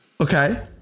Okay